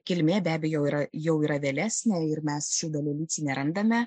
kilmė be abejo jau yra jau yra vėlesnė ir mes šių dalelyčių nerandame